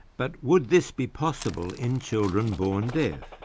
but would this be possible in children born deaf,